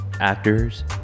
actors